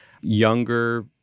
Younger